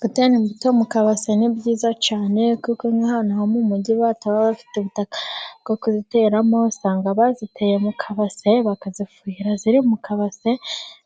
Gutera imbutomu kabase ni byiza cyane, kuko nk'abantu bo mu umujyi bataba bafite ubutaka bwo kuziteramo usanga baziteye mu kabase bakazifuhira ziri mu kabase,